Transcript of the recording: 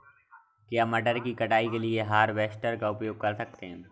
क्या मटर की कटाई के लिए हार्वेस्टर का उपयोग कर सकते हैं?